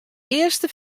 earste